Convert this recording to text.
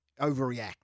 overreact